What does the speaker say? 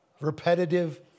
Repetitive